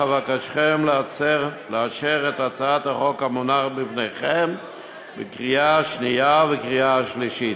אבקשכם לאשר את הצעת החוק המונחת בפניכם בקריאה השנייה ובקריאה השלישית.